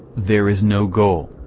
there is no goal.